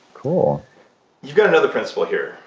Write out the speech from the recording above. cool you've got another principle here,